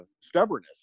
stubbornness